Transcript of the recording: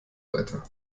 weiter